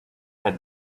had